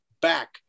back